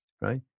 right